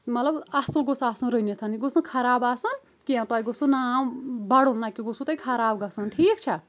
مطلب اصل گوٚس آسُن رٔنِتھ یہِ گوٚس نہٕ خراب آسُن کینٛہہ تۄہہ گوسوٗ ناو بڑُن نہ کہِ گوٚسوٗ تۄہہ خراب گژھُن ٹھیٖک چھا